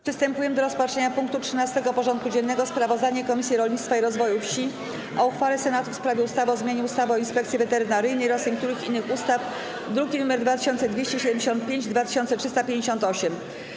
Przystępujemy do rozpatrzenia punktu 13. porządku dziennego: Sprawozdanie Komisji Rolnictwa i Rozwoju Wsi o uchwale Senatu w sprawie ustawy o zmianie ustawy o Inspekcji Weterynaryjnej oraz niektórych innych ustaw (druki nr 2275 i 2358)